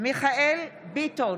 מיכאל מרדכי ביטון,